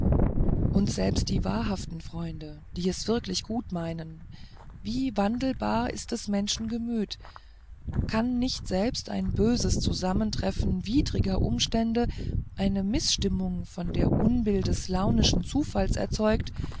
und selbst die wahrhaften freunde die es wirklich gut meinen wie wandelbar ist des menschen gemüt kann nicht selbst ein böses zusammentreffen widerwärtiger umstände eine mißstimmung von der unbill des launischen zufalls erzeugt